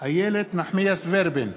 איילת נחמיאס ורבין,